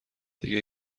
دیگه